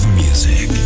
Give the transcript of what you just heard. music